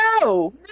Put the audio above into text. No